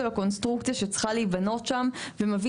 של הקונסטרוקציה שצריכה להיבנות שם ומבין